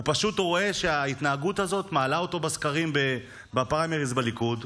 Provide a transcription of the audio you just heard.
הוא פשוט רואה שההתנהגות הזאת מעלה אותו בסקרים בפריימריז בליכוד,